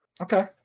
Okay